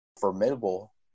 formidable